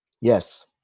Yes